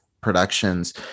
productions